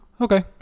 okay